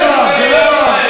זה כן רב, זה לא רב.